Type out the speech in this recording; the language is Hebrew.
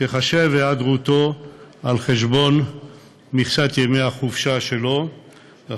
תחושב לו ההיעדרות על חשבון מכסת ימי החופשה השנתית